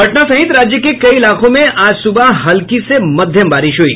पटना सहित राज्य के कई इलाकों में आज सुबह हल्की से मध्यम बारिश हुई